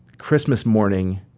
christmas morning,